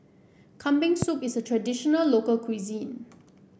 Kambing Soup is a traditional local cuisine